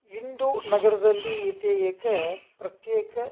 इन्दु नगरदल्लि इति एक प्रत्येक